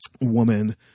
woman